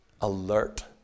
Alert